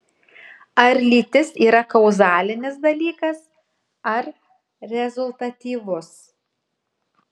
ar lytis yra kauzalinis dalykas ar rezultatyvus